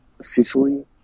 Sicily